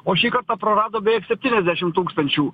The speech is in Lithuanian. o šį kartą prarado beveik septyniasdešim tūkstančių